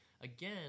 again